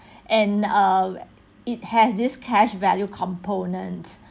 and err it has this cash value component